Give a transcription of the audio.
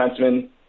defenseman